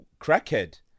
crackhead